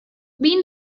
been